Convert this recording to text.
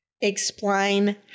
Explain